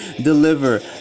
deliver